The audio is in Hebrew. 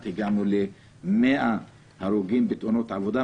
הגענו ל-100 הרוגים בתאונות עבודה,